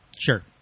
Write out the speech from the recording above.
Sure